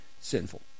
sinful